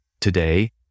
today